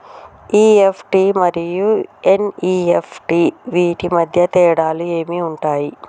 EFT మరియు NEFT వీటి మధ్య తేడాలు ఏమి ఉంటాయి?